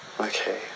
Okay